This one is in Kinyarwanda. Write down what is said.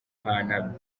kubahana